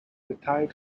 retired